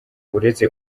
uretse